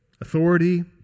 Authority